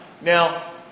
Now